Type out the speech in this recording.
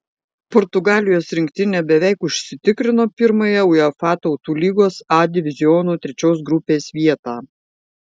portugalijos rinktinė beveik užsitikrino pirmąją uefa tautų lygos a diviziono trečios grupės vietą